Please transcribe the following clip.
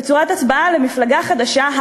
בצורת הצבעה למפלגה החדשה,